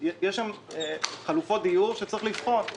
יש שם חלופות דיור שצריך לבחון.